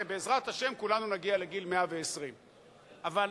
ובעזרת השם כולנו נגיע לגיל 120. אבל,